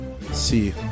See